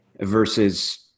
versus